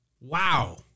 Wow